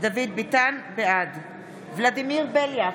בעד ולדימיר בליאק,